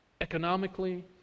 economically